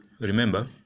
remember